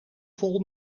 vol